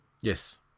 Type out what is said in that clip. Yes